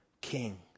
king